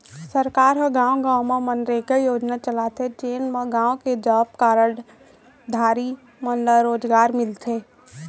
सरकार ह गाँव गाँव म मनरेगा योजना चलाथे जेन म गाँव के जॉब कारड धारी मन ल रोजगार मिलथे